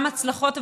גם הצלחות,